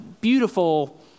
beautiful